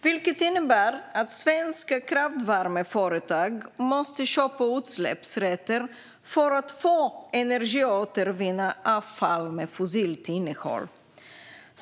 Det innebär att svenska kraftvärmeföretag måste köpa utsläppsrätter för att få energiåtervinna avfall med fossilt innehåll.